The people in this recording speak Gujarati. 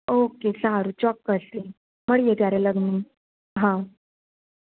ઓકે સારું ચોક્કસથી મળીએ ત્યારે લગ્નમાં હા